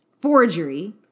forgery